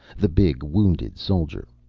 the big wounded soldier.